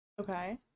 Okay